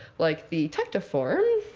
like the tectiform.